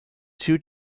two